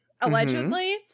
allegedly